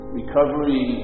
recovery